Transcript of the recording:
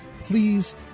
please